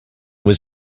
was